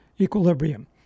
equilibrium